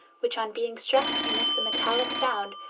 which on being struck emits a metallic sound,